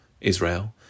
Israel